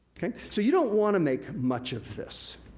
so, you don't wanna make much of this.